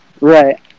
Right